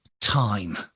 time